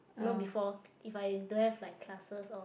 you know before if I don't have like classes or